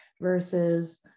versus